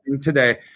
today